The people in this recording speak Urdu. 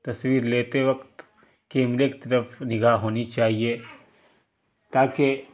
تصویر لیتے وقت کیمرے کی طرف نگاہ ہونی چاہیے تاکہ